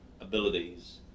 abilities